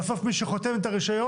בסוף מי שחותם את הרישיון,